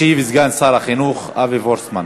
ישיב סגן שר החינוך אבי וורצמן.